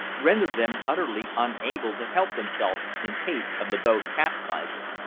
rendered them utterly unable to help themselves in case of the boat capsizing.